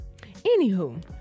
anywho